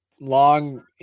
long